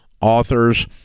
authors